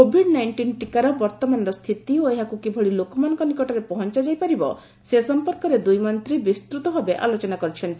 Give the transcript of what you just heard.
Covid nineteen ଟିକାର ବର୍ତ୍ତମାନ ସ୍ଥିତି ଓ ଏହାକୁ କିଭଳି ଲୋକମାନଙ୍କ ନିକଟରେ ପହଞ୍ଚାଯାଇ ପାରିବ ସେ ସମ୍ପର୍କରେ ଦୁଇ ମନ୍ତ୍ରୀ ବିସ୍ତୂତ ଭାବେ ଆଲୋଚନା କରିଛନ୍ତି